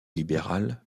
libéral